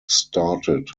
started